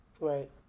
Right